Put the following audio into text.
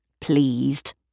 pleased